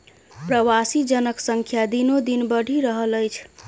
प्रवासी जनक संख्या दिनोदिन बढ़ि रहल अछि